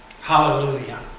Hallelujah